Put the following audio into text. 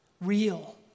real